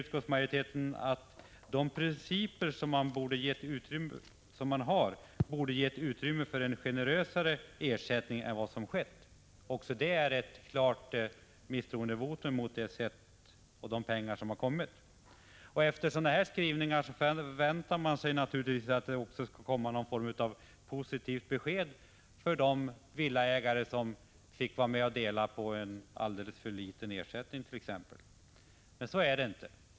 Utskottsmajoriteten säger vidare: ”De av riksdagen godtagna principerna borde ge utrymme för generösare ersättningar ——-—.” Det är ett klart underkännande av de ersättningar som lämnats. Efter sådana skrivningar förväntar man sig att det skall komma någon form av positivt besked för t.ex. de villaägare som delar på en alldeles för liten ersättning. Men så är det inte.